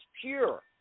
pure